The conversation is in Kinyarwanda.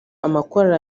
amakorali